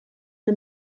una